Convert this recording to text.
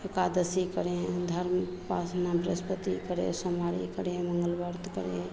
एकादशी करें धर्म उपासना बृहस्पति करें सोमवारी करें मंगल व्रत करें